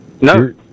No